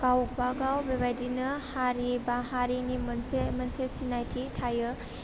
गावबा गाव बेबायदिनो हारि बा हारिनि मोनसे मोनसे सिनायथि थायो